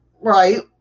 right